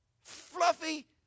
fluffy